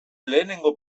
lehenengo